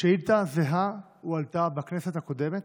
שאילתה זהה הועלתה בכנסת הקודמת,